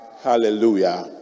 Hallelujah